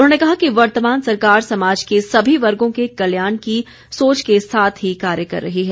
उन्होंने कहा कि वर्तमान सरकार समाज के समी वर्गो के कल्याण की सोच के साथ ही कार्य कर रही है